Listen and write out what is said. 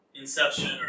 Inception